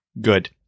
good